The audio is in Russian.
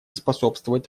способствовать